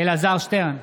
אלעזר שטרן,